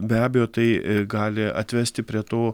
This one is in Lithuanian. be abejo tai gali atvesti prie tų